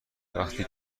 وفتی